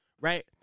right